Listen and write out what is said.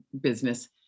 business